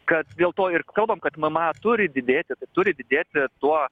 kad dėl to ir kalbam kad mma turi didėti turi didėti tuo